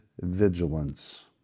vigilance